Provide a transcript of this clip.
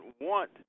want